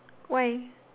why